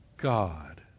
God